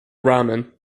rahman